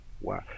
Wow